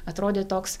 atrodė toks